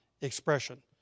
expression